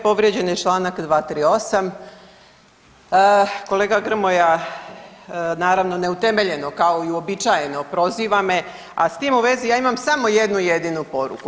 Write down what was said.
Povrijeđen je čl. 238., kolega Grmoja naravno neutemeljeno kao i uobičajeno proziva me, a s tim u vezi ja imam samo jednu jedinu poruku.